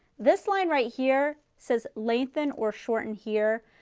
this line right here says lengthen or shorten here,